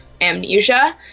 amnesia